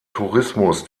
tourismus